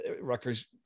Rutgers